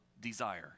desire